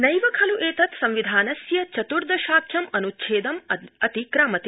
नैव खलु एतत् संविधानस्य चतुर्दशाख्यम् अनुच्छेदं अतिक्रामते